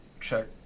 check